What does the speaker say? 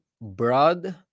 broad